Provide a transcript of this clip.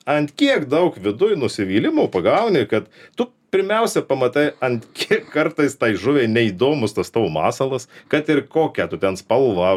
ant kiek daug viduj nusivylimo pagauni kad tu pirmiausia pamatai ant kiek kartais tai žuviai neįdomus tas tavo masalas kad ir kokią tu ten spalvą